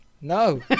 No